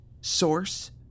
source